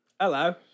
Hello